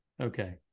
Okay